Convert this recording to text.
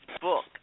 book